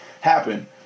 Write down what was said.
happen